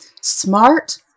smart